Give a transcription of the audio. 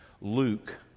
luke